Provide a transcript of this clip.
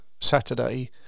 Saturday